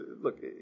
look